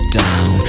down